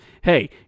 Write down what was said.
Hey